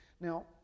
Now